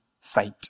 fate